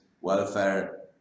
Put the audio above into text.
welfare